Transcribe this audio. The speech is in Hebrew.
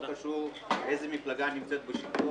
ולא חשוב איזו מפלגה נמצאת בשלטון.